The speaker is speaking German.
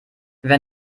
wer